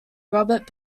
robert